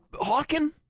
Hawking